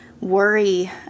worry